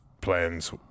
plans